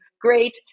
great